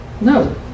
No